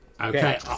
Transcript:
Okay